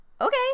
okay